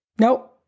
Nope